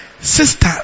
sister